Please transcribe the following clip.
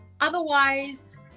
otherwise